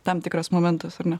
tam tikras momentas ar ne